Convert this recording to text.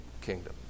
kingdom